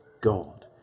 God